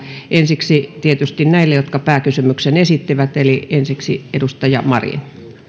ensiksi tietysti näille jotka pääkysymyksen esittivät eli ensiksi edustaja marin